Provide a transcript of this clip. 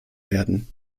werden